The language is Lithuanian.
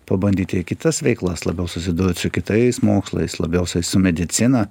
pabandyti kitas veiklas labiau susidurt su kitais mokslais labiausiai su medicina